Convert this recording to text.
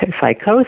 psychosis